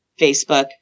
Facebook